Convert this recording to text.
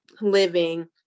living